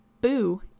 Boo